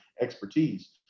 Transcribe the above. expertise